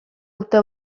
urte